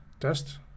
test